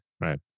right